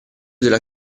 della